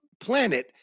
planet